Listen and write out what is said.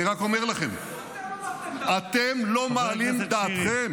אני רק אומר לכם, אתם לא מעלים על דעתכם